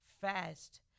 fast